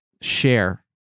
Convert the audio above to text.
share